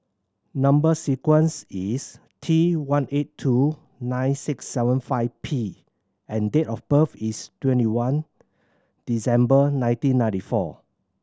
number sequence is T one eight two nine six seven five P and date of birth is twenty one December nineteen ninety four